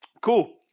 cool